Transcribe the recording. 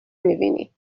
میبینی